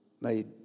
made